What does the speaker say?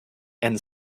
and